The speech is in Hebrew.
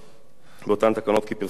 באותן תקנות כי הפרסום יהיה באינטרנט,